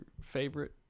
favorite